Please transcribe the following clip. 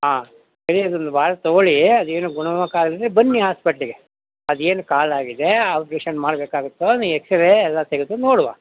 ಹಾಂ ಸರಿ ಅದೊಂದು ವಾರ ತೊಗೋಳಿ ಅದೇನು ಗುಣಮುಖ ಆಗ್ದಿದ್ರೆ ಬನ್ನಿ ಹಾಸ್ಪೆಟ್ಲಿಗೆ ಅದೇನು ಕಾಲು ಆಗಿದೆ ಆಪ್ರೇಷನ್ ಮಾಡಬೇಕಾಗುತ್ತೊ ಎಕ್ಸ್ರೇ ಎಲ್ಲ ತೆಗೆದು ನೋಡುವ